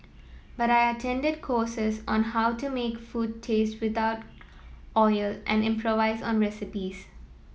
but I attended courses on how to make food taste without oil and improvise on recipes